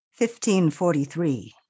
1543